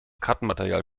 kartenmaterial